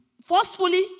forcefully